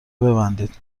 ببندید